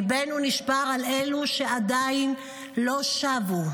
ליבנו נשבר על אלו שעדיין לא שבו.